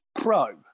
Pro